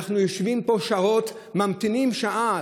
אנחנו יושבים פה שעות, ממתינים שעה,